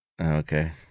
Okay